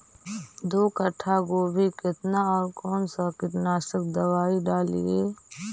दो कट्ठा गोभी केतना और कौन सा कीटनाशक दवाई डालिए?